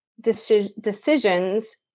decisions